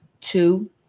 two